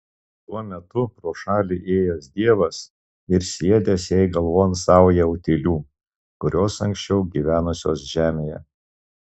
tuo metu pro šalį ėjęs dievas ir sviedęs jai galvon saują utėlių kurios anksčiau gyvenusios žemėje